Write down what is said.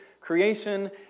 creation